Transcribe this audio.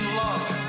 love